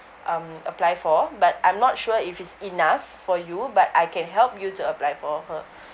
um apply for but I'm not sure if it's enough for you but I can help you to apply for her